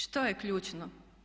Što je ključno?